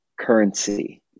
currency